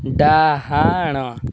ଡାହାଣ